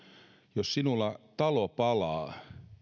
jos sinulla talo palaisi